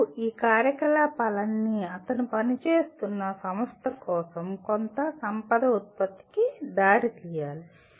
మరియు ఈ కార్యకలాపాలన్నీ అతను పనిచేస్తున్న సంస్థ కోసం కొంత సంపద ఉత్పత్తికి దారితీయాలి